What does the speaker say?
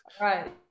Right